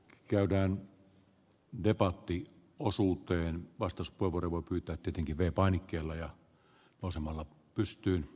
käydään debattia osuuteen vastus paavo revon kyttäättekin kiven painikkeella ja asemalla pystyyn